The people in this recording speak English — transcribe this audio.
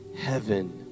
heaven